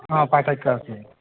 অঁ পাৰ্থক্য আছে